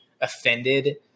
offended